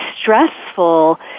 stressful